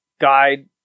guide